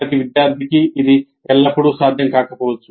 ప్రతి విద్యార్థికి ఇది ఎల్లప్పుడూ సాధ్యం కాకపోవచ్చు